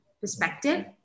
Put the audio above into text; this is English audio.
perspective